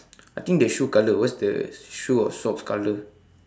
I think they shoe color what's the shoe or socks color